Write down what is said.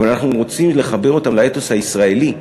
אבל אנחנו רוצים לחבר אותם לאתוס הישראלי,